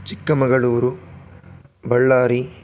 Chikkamagaluru Ballari